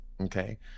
okay